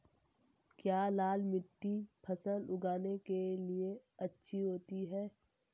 क्या लाल मिट्टी फसल उगाने के लिए अच्छी होती है?